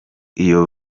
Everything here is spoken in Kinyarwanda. iyo